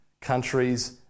countries